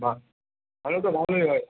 বাহ তাহলে তো ভালোই হয়